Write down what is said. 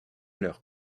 leurs